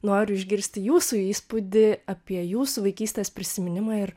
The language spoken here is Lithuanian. noriu išgirsti jūsų įspūdį apie jūsų vaikystės prisiminimą ir